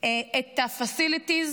את ה-facilities,